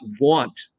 want